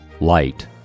light